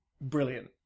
brilliant